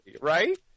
right